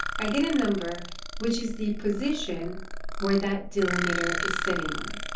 i get a number which is the position where that delimiter is sitting on.